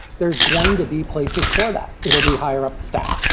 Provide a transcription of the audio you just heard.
there's going to be places for that. it'll be higher up the stack.